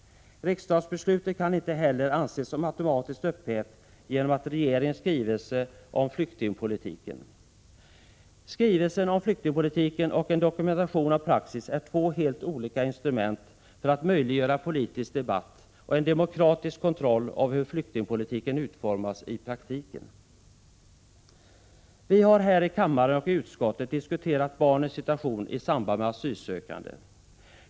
Riksdagsbeslutet kan inte heller anses vara automatiskt upphävt genom regeringens skrivelse om flyktingpolitiken. Skrivelsen om flyktingpolitiken och en dokumentation om praxis är två helt olika instrument för att möjliggöra politisk debatt och en demokratisk kontroll av hur flyktingpolitiken utformas i praktiken. Vi har både här i kammaren och i utskottet diskuterat barnens situation i samband med asylsökandet.